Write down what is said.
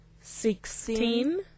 sixteen